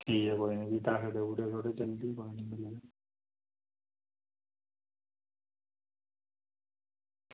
ठीक ऐ भी कोई निं पैसे देई ओड़ो जल्दी गै